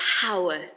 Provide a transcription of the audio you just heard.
power